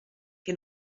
che